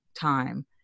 time